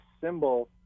symbol